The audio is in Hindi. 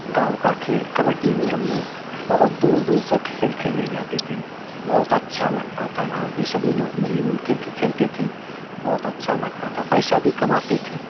गाँव का खेल कबड्डी में हम लोग बहुत दूर दूर तक खेल खेलने जाते थे बहुत अच्छा लगता था गाँव के सभी लोग मिलजुलकर के खेलते थे बहुत अच्छा लगता था पैसा भी कमाते थे